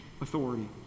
Authority